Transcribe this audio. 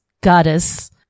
goddess